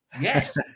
Yes